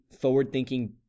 forward-thinking